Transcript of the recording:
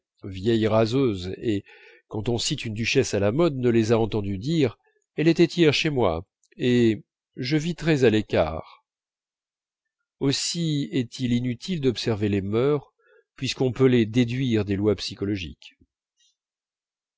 vieilles raseuses et quand on cite une duchesse à la mode ne les a entendues dire elle était hier chez moi et je vis très à l'écart aussi est-il inutile d'observer les mœurs puisqu'on peut les déduire des lois psychologiques